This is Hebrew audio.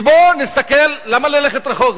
ובוא נסתכל, למה ללכת רחוק?